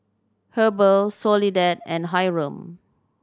Heber Soledad and Hyrum